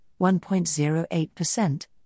1.08%